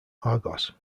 argos